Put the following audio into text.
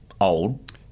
old